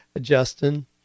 Justin